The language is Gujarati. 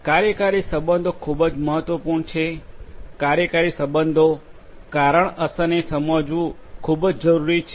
કાર્યકારી સંબંધો ખૂબ જ મહત્વપૂર્ણ છે કાર્યકારી સંબંધો કારણ અસરને સમજવું ખુબજ જરૂરી છે